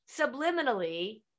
subliminally